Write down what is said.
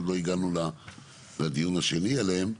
עוד לא הגענו לדיון השני עליהם.